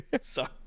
Sorry